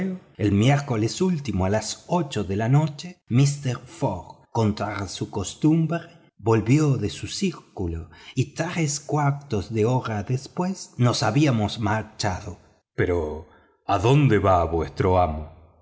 el miércoles último a las ocho de la noche mister fogg contra su costumbre volvió de su círculo y tres cuartos de hora después nos habíamos marchado pero adónde va vuestro amo